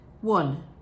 One